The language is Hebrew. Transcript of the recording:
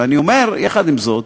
אבל אני אומר, עם זאת,